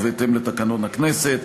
ובהתאם להוראות תקנון הכנסת.